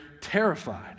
terrified